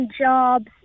jobs